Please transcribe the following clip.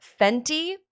Fenty